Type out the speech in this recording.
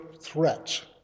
threats